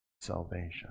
salvation